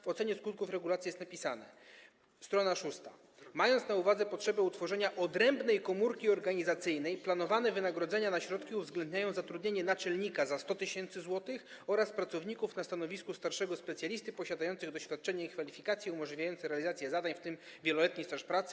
W ocenie skutków regulacji na str. 6 jest napisane: mając na uwadze potrzebę utworzenia odrębnej komórki organizacyjnej, planowane wynagrodzenia na środki uwzględniają zatrudnienie naczelnika za 100 tys. zł oraz pracowników na stanowisku starszego specjalisty posiadających doświadczenie i kwalifikacje umożliwiające realizację zadań, w tym wieloletni staż pracy.